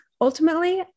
Ultimately